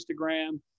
Instagram